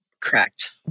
Correct